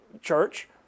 church